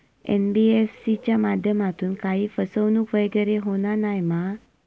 NBFC च्या माध्यमातून काही फसवणूक वगैरे होना नाय मा?